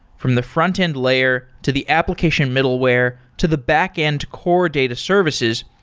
from the front-end layer to the application middleware to the backend core data services,